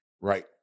right